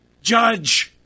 Judge